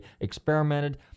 experimented